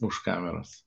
už kameros